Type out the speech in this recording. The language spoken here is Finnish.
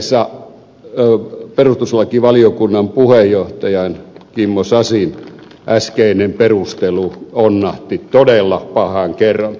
tässä suhteessa perustuslakivaliokunnan puheenjohtajan kimmo sasin äskeinen perustelu onnahti todella pahan kerran